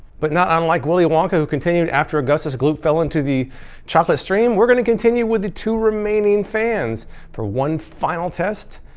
but not unlike willy wonka, who continued after augustus gloop fell into the chocolate stream, we're going to continue with the two remaining fans for one final test,